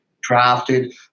drafted